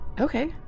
Okay